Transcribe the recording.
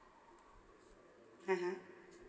(uh huh)